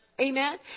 Amen